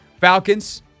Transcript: Falcons